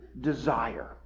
desire